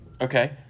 Okay